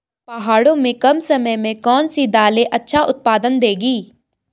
पहाड़ों में कम समय में कौन सी दालें अच्छा उत्पादन देंगी?